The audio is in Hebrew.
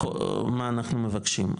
מה אנחנו מבקשים,